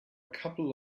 couple